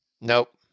Nope